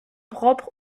propre